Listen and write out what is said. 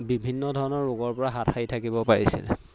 বিভিন্ন ধৰণৰ ৰোগৰ পৰা হাত সাৰি থাকিব পাৰিছিলে